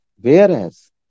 whereas